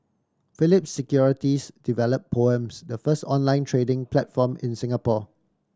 Phillip Securities develop Poems the first online trading platform in Singapore